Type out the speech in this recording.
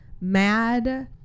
mad